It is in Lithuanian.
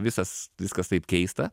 visas viskas taip keista